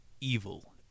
Evil